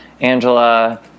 Angela